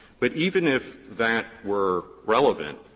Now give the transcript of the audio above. but even if that were relevant,